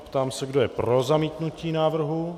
Ptám se, kdo je pro zamítnutí návrhu.